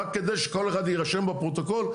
רק כדי שכל אחד יירשם בפרוטוקול,